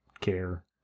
care